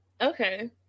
Okay